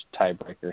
tiebreaker